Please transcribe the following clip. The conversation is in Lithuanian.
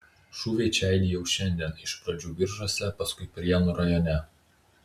šūviai čia aidi jau šiandien iš pradžių biržuose paskui prienų rajone